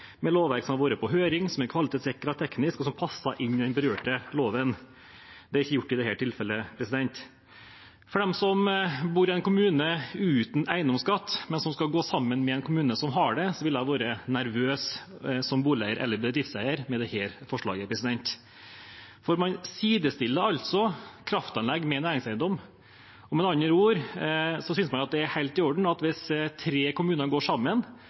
med lovverk som har vært på høring, som er kvalitetssikret teknisk, og som passer inn i den berørte loven. Det er ikke gjort i dette tilfellet. For dem som bor i en kommune uten eiendomsskatt, men som skal gå sammen med en kommune som har det, ville jeg som boligeier eller bedriftseier vært nervøs med tanke på dette forslaget. For man sidestiller altså kraftanlegg og næringseiendom. Med andre ord synes man at det er helt i orden at hvis tre kommuner går sammen,